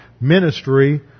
ministry